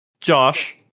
Josh